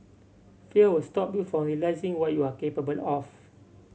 fear will stop you from realising what you are capable of